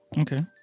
okay